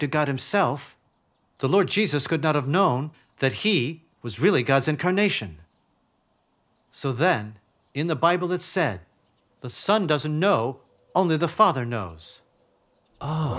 to god himself the lord jesus could not have known that he was really god's incarnation so then in the bible that said the son doesn't know only the father knows